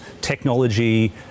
technology